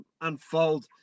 unfold